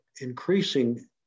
increasing